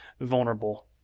vulnerable